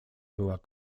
była